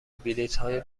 بلیطهای